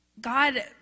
God